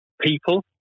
people